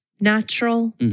natural